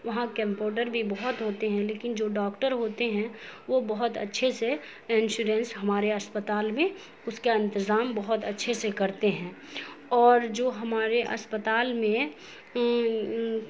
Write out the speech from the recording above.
وہاں کمپوڈر بھی بہت ہوتے ہیں لیکن جو ڈاکٹر ہوتے ہیں وہ بہت اچھے سے انشورنس ہمارے اسپتال میں اس کا انتظام بہت اچھے سے کرتے ہیں اور جو ہمارے اسپتال میں